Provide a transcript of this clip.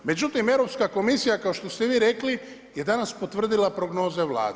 Međutim, Europska komisija kao što ste vi rekli je danas potvrdila prognoze Vlade.